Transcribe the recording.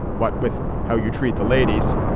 but with how you treat the ladies.